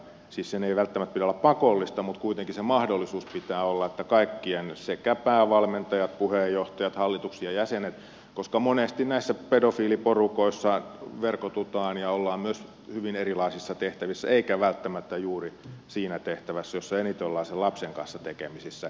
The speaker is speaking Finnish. siis sen ei välttämättä pidä olla pakollista mutta kuitenkin se mahdollisuus pitää olla että kaikkien taustat päävalmentajien puheenjohtajien hallituksien jäsenten voidaan tarkistaa koska monesti näissä pedofiiliporukoissa verkotutaan ja ollaan myös hyvin erilaisissa tehtävissä eikä välttämättä juuri siinä tehtävässä jossa eniten ollaan sen lapsen kanssa tekemisissä